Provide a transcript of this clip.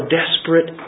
desperate